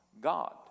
God